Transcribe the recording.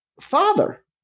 father